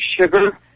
sugar